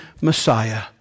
Messiah